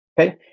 okay